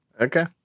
Okay